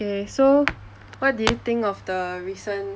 eh so what do you think of the recent